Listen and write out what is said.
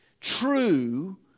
true